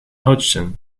hodgson